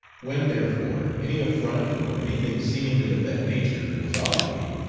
when, therefore, any affront or any thing seemingly of that nature was offered me,